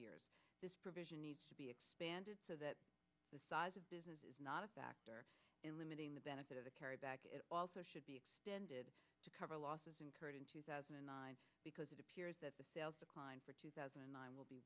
years this provision needs to be expanded so that the size of business is not a factor in limiting the benefit of the carry back it also should be extended to cover losses incurred in two thousand and nine because it appears that the sales decline for two thousand and nine will be